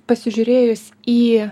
pasižiūrėjus į